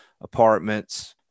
apartments